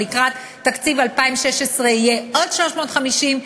אבל לקראת תקציב 2016 יהיו עוד 350,000,